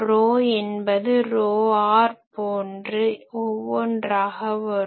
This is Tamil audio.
ρ என்பது ρr போன்று ஒவ்வொன்றாக வரும்